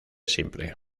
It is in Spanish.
simple